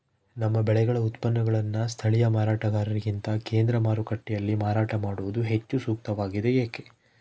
ನಮ್ಮ ಬೆಳೆಗಳ ಉತ್ಪನ್ನಗಳನ್ನು ಸ್ಥಳೇಯ ಮಾರಾಟಗಾರರಿಗಿಂತ ಕೇಂದ್ರ ಮಾರುಕಟ್ಟೆಯಲ್ಲಿ ಮಾರಾಟ ಮಾಡುವುದು ಹೆಚ್ಚು ಸೂಕ್ತವಾಗಿದೆ, ಏಕೆ?